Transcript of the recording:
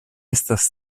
estas